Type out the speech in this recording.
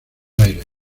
aires